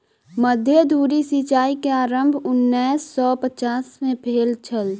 मध्य धुरी सिचाई के आरम्भ उन्नैस सौ पचास में भेल छल